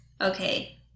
okay